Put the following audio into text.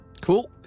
cool